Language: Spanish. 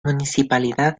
municipalidad